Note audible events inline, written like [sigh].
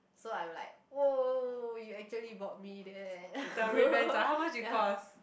so I'm like !wow! you actually bought me that [laughs] ya